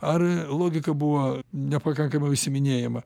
ar logika buvo nepakankamai užsiiminėjama